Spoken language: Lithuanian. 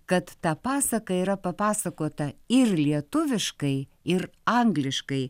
kad ta pasaka yra papasakota ir lietuviškai ir angliškai